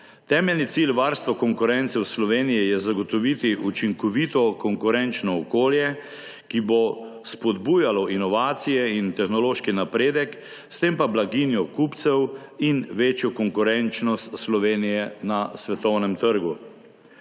Temeljni cilj varstva konkurence v Sloveniji je zagotoviti učinkovito konkurenčno okolje, ki bo spodbujalo inovacije in tehnološki napredek, s tem pa blaginjo kupcev in večjo konkurenčnost Slovenije na svetovnem trgu.